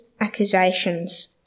accusations